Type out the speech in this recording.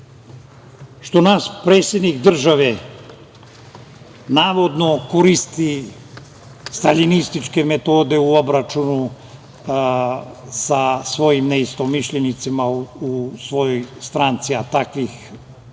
što naš predsednik države, navodno, koristi staljinističke metode u obračunu sa svojim neistomišljenicima u svojoj stranci, a takvih